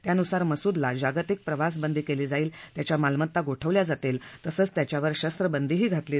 त्यानुसार मसूदला जागतिक प्रवासबंदी केली जाईल त्याच्या मालमत्ता गोठवल्या जातील तसंच त्याच्यावर शरत्रबंदीही घातली जाईल